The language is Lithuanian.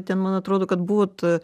ten man atrodo kad buvot